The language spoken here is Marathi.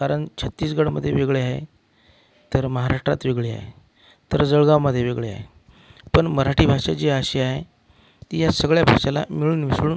कारण छत्तीसगडमध्ये वेगळे आहे तर महाराष्ट्रात वेगळी आहे तर जळगावमध्ये वेगळी आहे पण मराठी भाषा जी अशी आहे ती या सगळ्या भाषाला मिळून मिसळून